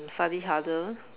study harder